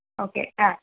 okay ആ